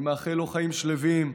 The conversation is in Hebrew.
אני מאחל לו חיים שלווים,